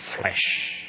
flesh